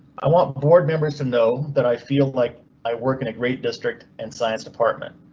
i want board members to know that i feel like i work in a great district and science department.